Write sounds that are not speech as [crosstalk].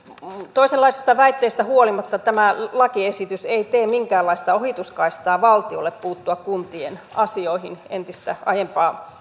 toisenlaisista väitteistä huolimatta tämä lakiesitys ei tee minkäänlaista ohituskaistaa valtiolle puuttua kuntien asioihin aiempaa [unintelligible]